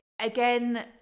again